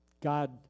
God